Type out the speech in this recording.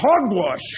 Hogwash